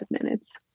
minutes